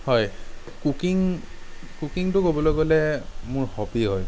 হয় কুকিং কুকিংটো ক'বলৈ গ'লে মোৰ হবি হয়